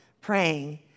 praying